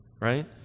right